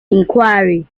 inquiry